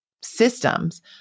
systems